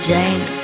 Jane